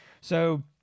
So-